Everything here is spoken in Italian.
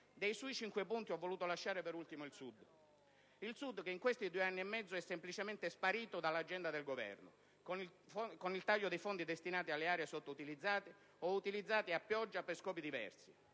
Dei suoi cinque punti ho volutamente lasciato per ultimo il Sud. Il Sud che in questi due anni e mezzo è semplicemente sparito dall'agenda del Governo, con il taglio dei Fondi destinati alle aree sottoutilizzate o utilizzati a pioggia per scopi diversi.